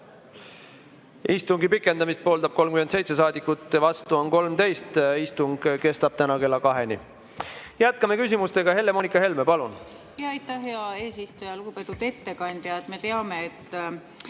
Istungi pikendamist pooldab 37 saadikut, vastu on 13. Istung kestab täna kella 14-ni. Jätkame küsimustega. Helle-Moonika Helme, palun! Aitäh, hea eesistuja! Lugupeetud ettekandja! Me teame, et